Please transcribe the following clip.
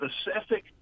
specific